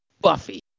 Buffy